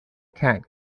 cat